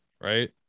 right